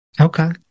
Okay